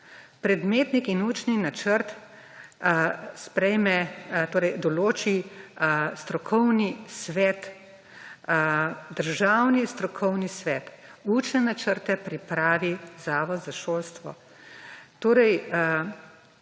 Predmetnik in učni načrt sprejme, torej določi strokovni svet, državni strokovni svet. Učne načrte pripravi Zavod za šolstvo. Torej,